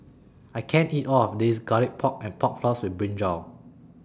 I can't eat All of This Garlic Pork and Pork Floss with Brinjal